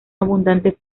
abundante